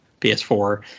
ps4